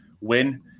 win